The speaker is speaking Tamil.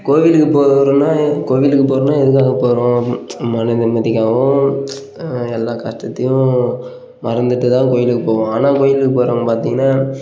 கோவிலுக்கு போகிறோனா ஏன் கோவிலுக்கு போகிறோன்னா எதுக்காகப் போகிறோம் மன நிம்மதிக்காகவும் எல்லா கஷ்டத்தையும் மறந்துவிட்டு தான் கோயிலுக்கு போவோம் ஆனால் கோயிலுக்கு போகிறவங்க பார்த்தீங்கன்னா